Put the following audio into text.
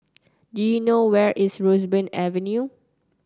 do you know where is Roseburn Avenue